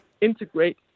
integrate